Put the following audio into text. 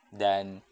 then